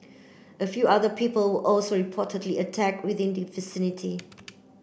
a few other people were also reportedly attack within the vicinity